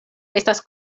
estas